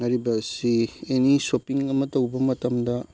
ꯍꯥꯏꯔꯤꯕ ꯑꯁꯤ ꯑꯦꯅꯤ ꯁꯣꯞꯄꯤꯡ ꯑꯃ ꯇꯧꯕ ꯃꯇꯝꯗ